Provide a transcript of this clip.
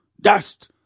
dust